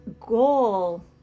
goal